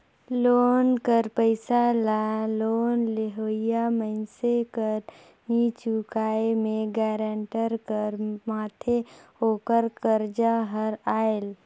loan कर पइसा ल लोन लेवइया मइनसे कर नी चुकाए में गारंटर कर माथे ओकर करजा हर आएल